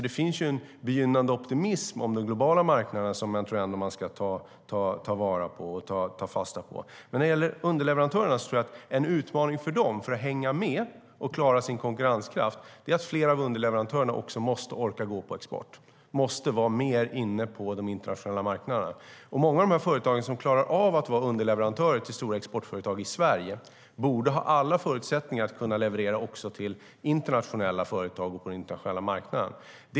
Det finns alltså en begynnande optimism om de globala marknaderna som jag tycker att man ska ta fasta på. En utmaning för att fler av underleverantörerna ska hänga med och klara sin konkurrenskraft är att de måste orka gå på export, måste vara mer inne på de internationella marknaderna. Många av de företag som klarar av att vara underleverantörer till stora exportföretag i Sverige borde ha alla förutsättningar att leverera också till internationella företag och på den internationella marknaden.